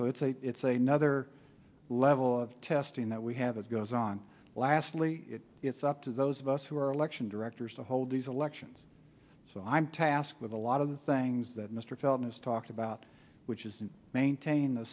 so it's a it's a nother level of testing that we have that goes on lastly it's up to those of us who are election directors to hold these elections so i'm tasked with a lot of the things that mr felton is talked about which is maintain the